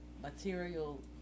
material